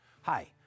Hi